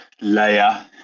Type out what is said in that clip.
layer